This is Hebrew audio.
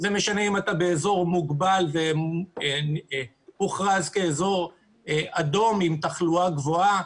זה משנה אם אתה באזור מוגבל והוכרז כאזור אדום עם תחלואה גבוהה,